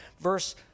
Verse